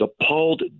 appalled